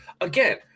again